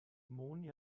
moni